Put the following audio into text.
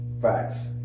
Facts